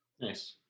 Nice